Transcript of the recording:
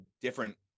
different